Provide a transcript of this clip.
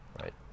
Right